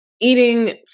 eating